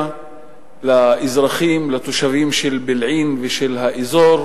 מפריע לאזרחים, לתושבים של בילעין ושל האזור,